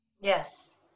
Yes